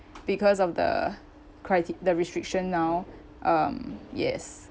because of the crite~ the restriction now um yes